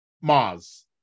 Mars